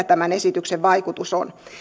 tämän esityksen vaikutus on